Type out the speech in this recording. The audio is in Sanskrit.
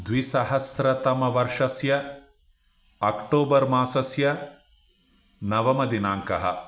द्विसहस्रतमवर्षस्य अक्टोबर् मासस्य नवमदिनाङ्कः